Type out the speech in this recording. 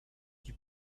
you